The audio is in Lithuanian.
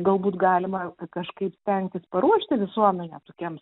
galbūt galima kažkaip stengtis paruošti visuomenę tokiems